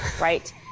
Right